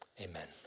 Amen